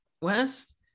West